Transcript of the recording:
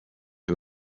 who